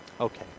Okay